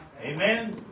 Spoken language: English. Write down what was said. Amen